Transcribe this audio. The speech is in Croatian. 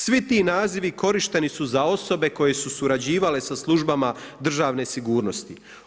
Svi ti nazivi korišteni su za osobe koje su surađivale sa službama državne sigurnosti.